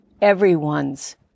Everyone's